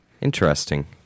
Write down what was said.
Interesting